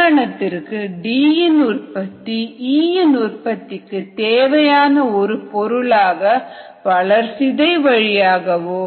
உதாரணத்திற்கு D இன் உற்பத்தி E இன் உற்பத்திக்கு தேவையான ஒரு பொருளாக வளர்சிதை வழியாகவோ